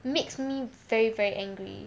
makes me very very angry